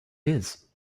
his